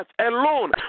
alone